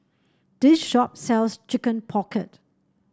this shop sells Chicken Pocket